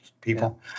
people